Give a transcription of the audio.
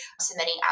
submitting